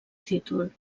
títol